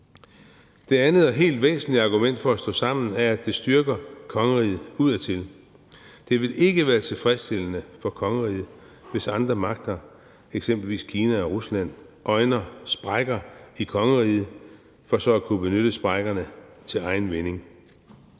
Det andet og helt væsentlige argument for at stå sammen er, at det styrker kongeriget udadtil. Det vil ikke være tilfredsstillende for kongeriget, hvis andre magter, eksempelvis Kina og Rusland, øjner sprækker i kongeriget for så at kunne udnytte sprækkerne til egen vinding.